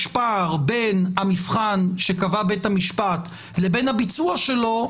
פער בין המבחן שקבע בית המשפט לבין הביצוע שלו,